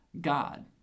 God